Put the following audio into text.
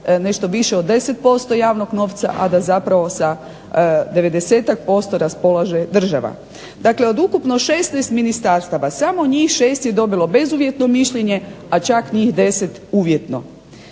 nešto više od 10% javnog novca a da zapravo sa 90-tak posto raspolaže država. Dakle, od ukupno 16 ministarstava samo njih 6 je dobilo bezuvjetno mišljenje, a čak njih 10 uvjetno.